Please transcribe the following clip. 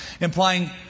Implying